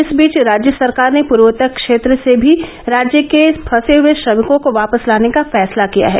इस बीच राज्य सरकार ने पूर्वत्तेर क्षेत्र से भी राज्य के फंसे हुए श्रमिकों को वापस लाने का फैसला किया है